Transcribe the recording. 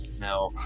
No